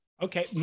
Okay